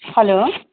hello